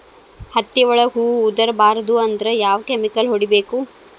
ಹತ್ತಿ ಒಳಗ ಹೂವು ಉದುರ್ ಬಾರದು ಅಂದ್ರ ಯಾವ ಕೆಮಿಕಲ್ ಹೊಡಿಬೇಕು?